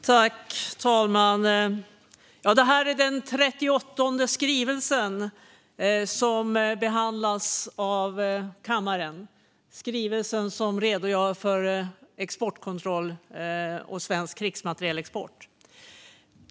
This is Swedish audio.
Herr talman! Det här är den 38:e skrivelsen i detta ämne som behandlas av kammaren - skrivelsen som redogör för exportkontroll och svensk krigsmaterielexport.